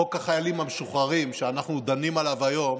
חוק החיילים המשוחררים שאנחנו דנים עליו היום